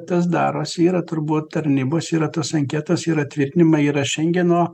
tas darosi yra turbūt tarnybos yra tos anketos yra tvirtinimai yra šengeno